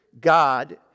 God